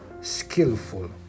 skillful